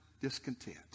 discontent